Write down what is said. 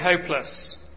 hopeless